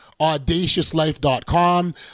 audaciouslife.com